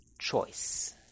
choice